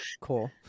cool